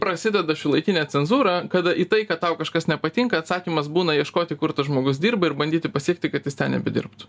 prasideda šiuolaikinė cenzūra kada į tai kad tau kažkas nepatinka atsakymas būna ieškoti kur tas žmogus dirba ir bandyti pasiekti kad jis ten nebedirbtų